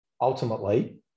ultimately